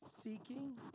seeking